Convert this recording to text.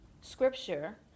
scripture